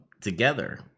together